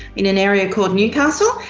in an area called newcastle,